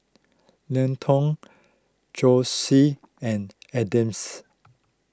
Linton Josie and Adams